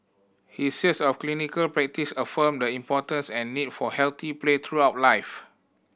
his years of clinical practice affirmed the importance and need for healthy play throughout life